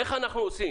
איך אנחנו עושים?